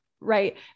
right